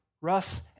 Russ